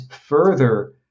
further